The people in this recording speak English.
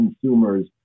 consumers